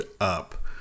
up